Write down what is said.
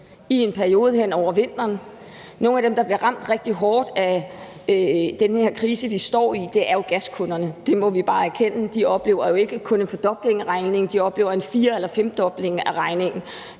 i en periode hen over vinteren. Nogle af dem, der bliver ramt rigtig hårdt af den her krise, vi står i, er jo gaskunderne. Det må vi bare erkende. De oplever jo ikke kun en fordobling af regningen; de oplever en fir- eller femdobling af regningen.